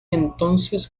entonces